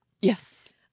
Yes